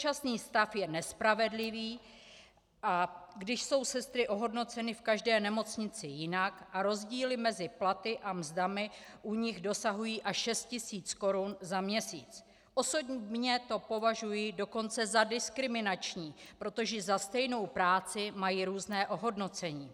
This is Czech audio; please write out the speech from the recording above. Současný stav je nespravedlivý, a když jsou sestry ohodnoceny v každé nemocnici jinak a rozdíly mezi platy a mzdami u nich dosahují až šest tisíc korun za měsíc, osobně to považuji dokonce za diskriminační, protože za stejnou práci mají různé ohodnocení.